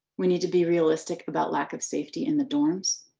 we need to be realistic about lack of safety in the dorms.